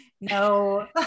No